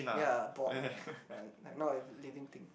ya board like not a living thing